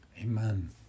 Amen